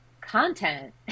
content